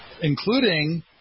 including